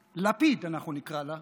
בנט-לפיד, אנחנו נקרא לה,